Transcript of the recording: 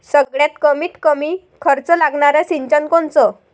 सगळ्यात कमीत कमी खर्च लागनारं सिंचन कोनचं?